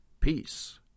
Peace